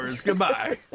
goodbye